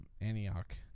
Antioch